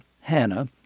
Hannah